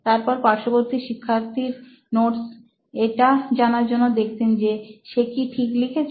তারপর পার্শ্ববর্তী শিক্ষার্থীর নোটস এটা জানার জন্য দেখতেন যে সে কি ঠিক লিখেছে